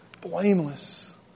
blameless